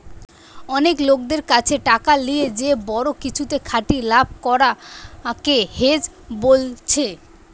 অনেক লোকদের কাছে টাকা লিয়ে যে বড়ো কিছুতে খাটিয়ে লাভ করা কে হেজ বোলছে